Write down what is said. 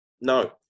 no